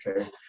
okay